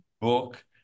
book